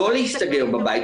לא להסתגר בבית,